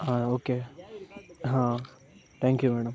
okay thank you madam